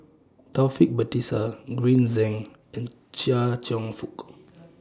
Taufik Batisah Green Zeng and Chia Cheong Fook